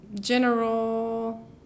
general